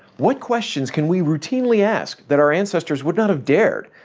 what questions can we routinely ask that our ancestors would not have dared,